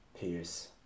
Pierce